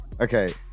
Okay